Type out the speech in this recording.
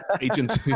Agent